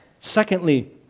Secondly